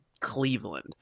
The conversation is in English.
cleveland